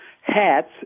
hats